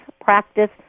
practice